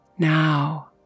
Now